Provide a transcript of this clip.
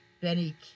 Benny